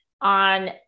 on